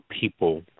people